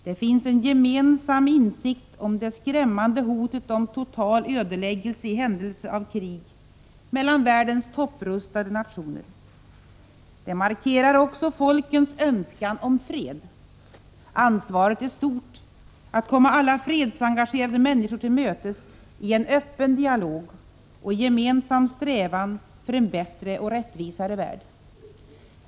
Det finns en gemensam insikt om det skrämmande hotet om total ödeläggelse i händelse av krig mellan världens topprustade nationer. Det markerar också folkens önskan om fred. Ansvaret är stort att komma alla fredsengagerade människor till mötes i en öppen dialog och i gemensam strävan för en bättre och rättvisare värld.